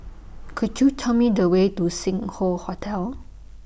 Could YOU Tell Me The Way to Sing Hoe Hotel